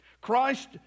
Christ